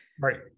Right